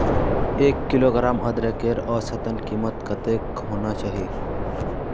एक किलोग्राम अदरकेर औसतन कीमत कतेक होना चही?